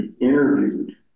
interviewed